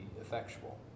effectual